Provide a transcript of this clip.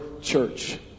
church